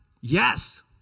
Yes